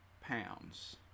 pounds